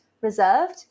reserved